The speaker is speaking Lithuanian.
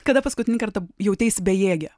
kada paskutinį kartą jauteisi bejėgė